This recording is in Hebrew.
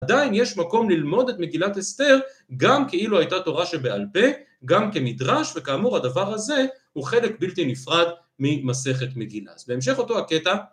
עדיין יש מקום ללמוד את מגילת אסתר גם כאילו הייתה תורה שבעל פה גם כמדרש וכאמור הדבר הזה הוא חלק בלתי נפרד ממסכת מגילה. אז בהמשך אותו הקטע